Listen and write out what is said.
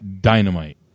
Dynamite